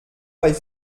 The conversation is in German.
bei